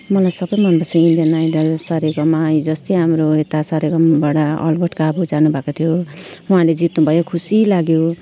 मलाई सबै मनपर्छ इन्डियन आइडल सारेगामा हिजोअस्ति हाम्रो यता सारेगामाबाट अलबर्ट काबो जानुभएको थियो उहाँले जित्नुभयो खुसी लाग्यो